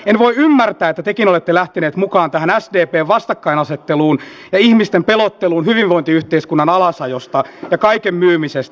en voi ymmärtää että tekin olette lähteneet mukaan tähän sdpn vastakkainasetteluun ja ihmisten pelotteluun hyvinvointiyhteiskunnan alasajosta ja kaiken myymisestä